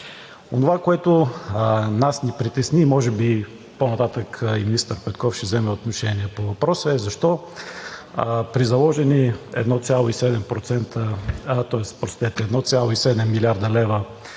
Онова, което нас ни притеснява, може би по-нататък и министър Петков ще вземе отношение по въпроса, е: защо при заложени 1,7 млрд. лв.